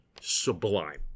sublime